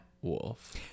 Wolf